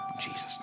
Jesus